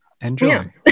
enjoy